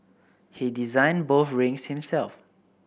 he designed both rings himself